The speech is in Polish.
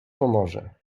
pomoże